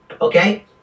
okay